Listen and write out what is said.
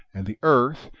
and the earth,